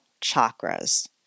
chakras